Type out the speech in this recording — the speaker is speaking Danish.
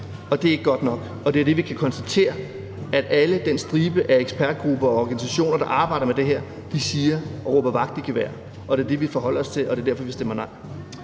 og det er ikke godt nok. Det er det, vi kan konstatere at hele den stribe af ekspertgrupper og organisationer, der arbejder med det her, siger, når de råber vagt i gevær. Det er det, vi forholder os til, og det er derfor, vi stemmer nej.